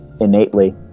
innately